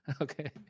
okay